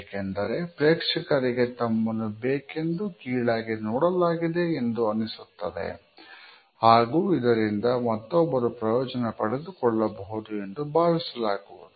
ಏಕೆಂದರೆ ಪ್ರೇಕ್ಷಕರಿಗೆ ತಮ್ಮನ್ನು ಬೇಕೆಂದು ಕೀಳಾಗಿ ನೋಡಲಾಗಿದೆ ಎಂದು ಅನಿಸುತ್ತದೆ ಹಾಗೂ ಇದರಿಂದ ಮತ್ತೊಬ್ಬರು ಪ್ರಯೋಜನ ಪಡೆದುಕೊಳ್ಳಬಹುದು ಎಂದು ಭಾವಿಸಲಾಗುವುದು